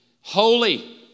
holy